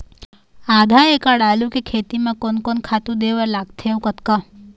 आधा एकड़ आलू के खेती म कोन कोन खातू दे बर लगथे अऊ कतका?